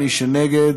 מי שנגד,